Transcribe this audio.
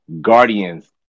Guardians